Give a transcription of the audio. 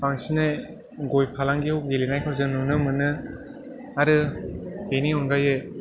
बांसिनै गय फालांगियाव गेलेनायखौ जों नुनो मोनो आरो बेनि अनगायै